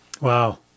Wow